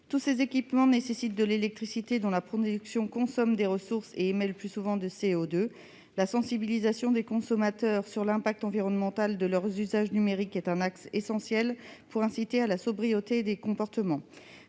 Tous ces équipements nécessitent de l'électricité, dont la production consomme des ressources et est souvent source d'émissions de CO2. La sensibilisation des consommateurs à l'impact environnemental de leurs usages numériques est un axe essentiel pour inciter à la sobriété des comportements.